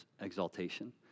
exaltation